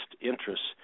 interests